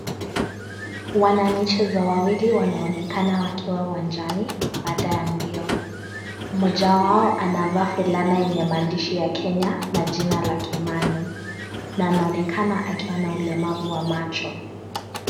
Wanamichezo wawili wanaonekana wakiwa uwanjani baada ya mbio. Mmoja wao anavaa fulana yenye maandishi ya Kenya na jina la Kimani na anaonekana akiwa na ulemavu wa macho.